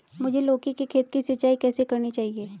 मुझे लौकी के खेत की सिंचाई कैसे करनी चाहिए?